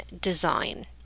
design